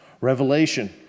revelation